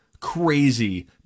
crazy